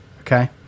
okay